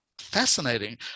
fascinating